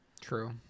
True